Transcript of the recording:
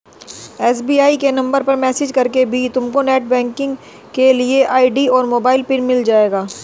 SBI के number पर message करके भी तुमको नेटबैंकिंग के लिए आई.डी और मोबाइल पिन मिल जाएगा